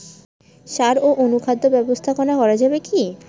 সাড় ও অনুখাদ্য ব্যবস্থাপনা করা যাবে কি?